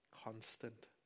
constant